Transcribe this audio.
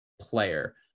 Player